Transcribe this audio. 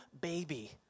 baby